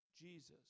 Jesus